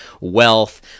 wealth